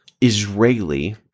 Israeli